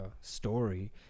story